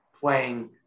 playing